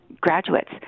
graduates